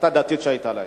הדתית, שהיתה להם.